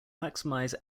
maximize